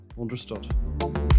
understood